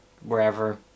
wherever